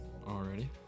Already